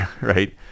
right